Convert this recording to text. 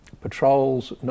patrols